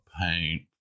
paint